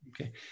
Okay